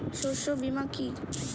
শস্য বীমা কি?